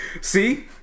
See